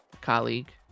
colleague